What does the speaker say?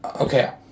okay